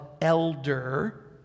elder